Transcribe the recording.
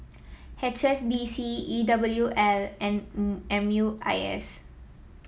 H S B C E W L and M U I S